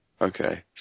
Okay